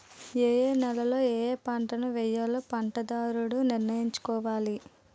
ఏయే నేలలలో ఏపంటలను వేయాలో పంటదారుడు నిర్ణయించుకోవాలి